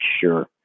sure